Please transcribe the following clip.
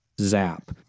zap